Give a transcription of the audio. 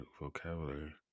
vocabulary